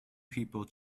people